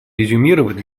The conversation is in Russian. резюмировать